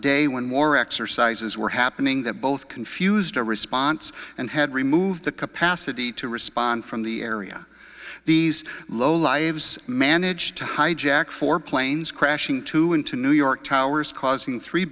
day when more exercises were happening that both confused a response and had removed the capacity to respond from the area these low lives managed to hijack four planes crashing into into new york towers causing three